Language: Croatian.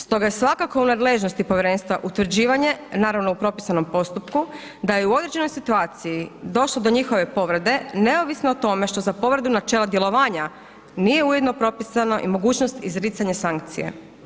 Stoga je svakako u nadležnosti povjerenstva utvrđivanje, naravno u propisanom postupku, da je u određenoj situaciji došlo do njihove povrede, neovisno o tome što za povredu načela djelovanja nije ujedno propisano i mogućnost izricanja sankcija.